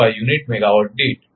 025 unit megawatt દીઠ0